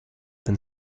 than